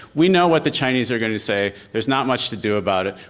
we know what the chinese are going to say. there's not much to do about it.